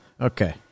Okay